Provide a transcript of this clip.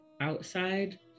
outside